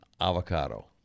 avocado